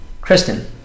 Kristen